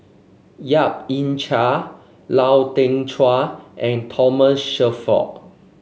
Yap Ee Chian Lau Teng Chuan and Thomas Shelford